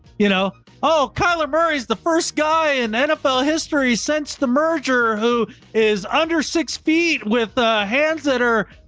you know oh, kyler murray is the first guy in nfl history. since the merger who is under six feet with a hands that are.